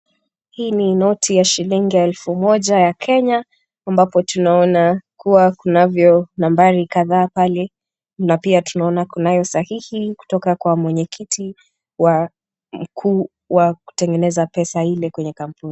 Hii ni noti ya shilingi elfu moja ya Kenya, ambapo tunaona kuwa kunavyo nambari kadhaa pale na pia tunaona kunayo sahihi kutoka kwa mwenye kiti mkuu wa kutengeneza pesa ile kwenye kampuni.